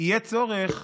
יהיה צורך